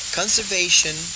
conservation